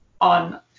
on